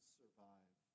survive